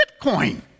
Bitcoin